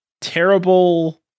terrible